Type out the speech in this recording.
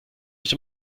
mich